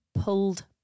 pulled